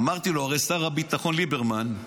אמרתי לו: הרי שר הביטחון, ליברמן,